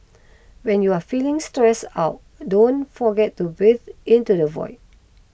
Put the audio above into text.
when you are feeling stress out don't forget to breathe into the void